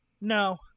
No